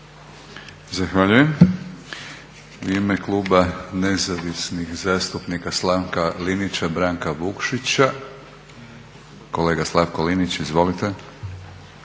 Zahvaljujem. U ime Kluba nezavisnih zastupnika Slavka Linića, Branka Vukšića, kolega Slavko Linić, izvolite.